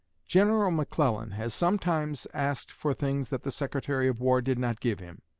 general mcclellan has sometimes asked for things that the secretary of war did not give him.